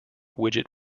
widget